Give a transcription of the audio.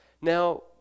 Now